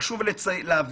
חשוב להבין: